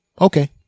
Okay